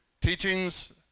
Teachings